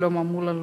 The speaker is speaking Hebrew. שלמה מולה,